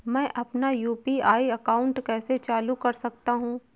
मैं अपना UPI account कैसे चालू कर सकता हूँ?